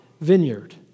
vineyard